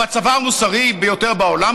הוא הצבא המוסרי ביותר בעולם,